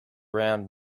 round